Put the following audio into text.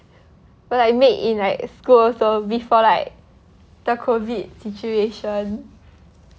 were like made in like school also before like the COVID situation